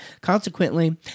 Consequently